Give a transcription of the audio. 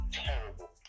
terrible